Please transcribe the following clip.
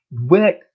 work